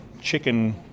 chicken